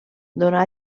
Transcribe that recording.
donà